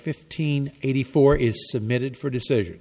fifteen eighty four is submitted for decision